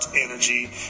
energy